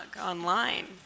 online